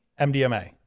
MDMA